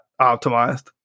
optimized